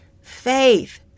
Faith